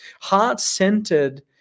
heart-centered